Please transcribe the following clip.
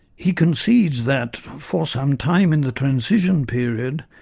he concedes that for some time in the transition period,